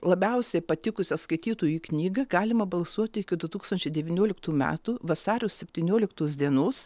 labiausiai patikusią skaitytojui knygą galima balsuoti iki du tūkstančiai devynioliktų metų vasario septynioliktos dienos